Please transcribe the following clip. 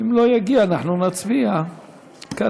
אם לא יגיע אנחנו נצביע כנהוג.